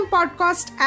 Podcast